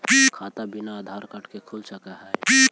खाता बिना आधार कार्ड के खुल सक है?